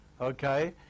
Okay